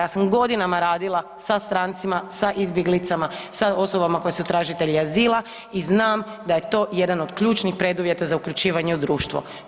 Ja sam godinama radila sa strancima, sa izbjeglicama, sa osobama koje su tražitelji azila i znam da je to jedan od ključnih preduvjeta za uključivanje u društvo.